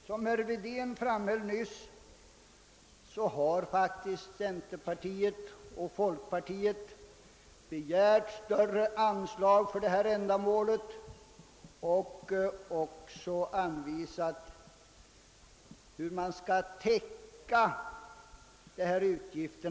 Som herr Wedén nyss framhöll har faktiskt centerpartiet och folkpartiet begärt större anslag för detta ändamål och också anvisat hur man skall täcka dessa utgifter.